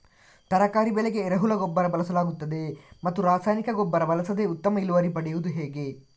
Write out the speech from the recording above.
ತರಕಾರಿ ಬೆಳೆಗೆ ಎರೆಹುಳ ಗೊಬ್ಬರ ಬಳಸಲಾಗುತ್ತದೆಯೇ ಮತ್ತು ರಾಸಾಯನಿಕ ಗೊಬ್ಬರ ಬಳಸದೆ ಉತ್ತಮ ಇಳುವರಿ ಪಡೆಯುವುದು ಹೇಗೆ?